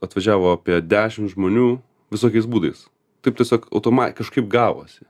atvažiavo apie dešim žmonių visokiais būdais taip tiesiog automa kažkaip gavosi